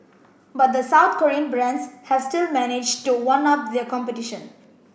but the South Korean brands have still managed to one up their competition